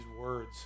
words